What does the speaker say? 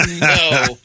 No